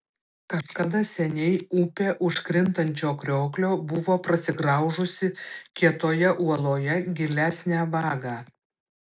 kažkada seniai upė už krintančio krioklio buvo prasigraužusi kietoje uoloje gilesnę vagą